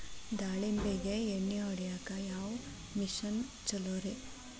ದಾಳಿಂಬಿಗೆ ಎಣ್ಣಿ ಹೊಡಿಯಾಕ ಯಾವ ಮಿಷನ್ ಛಲೋರಿ?